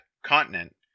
continent